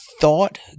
thought